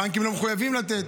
הבנקים לא מחויבים לתת,